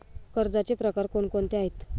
कर्जाचे प्रकार कोणकोणते आहेत?